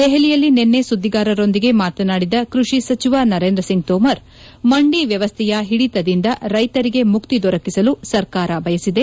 ದೆಹಲಿಯಲ್ಲಿ ನಿನ್ನೆ ಸುದ್ದಿಗಾರರೊಂದಿಗೆ ಮಾತನಾಡಿದ ಕ್ವಡಿ ಸಚಿವ ನರೇಂದ್ರ ಸಿಂಗ್ ತೋಮರ್ ಮಂಡಿ ವ್ಯವಸ್ಥೆಯ ಹಿಡಿತದಿಂದ ರೈತರಿಗೆ ಮುಕ್ತಿ ದೊರಕಿಸಲು ಸರ್ಕಾರ ಬಯಸಿದೆ